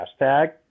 hashtag